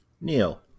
Neil